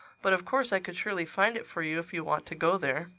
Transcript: but of course i could surely find it for you if you want to go there.